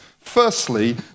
Firstly